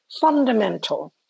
fundamental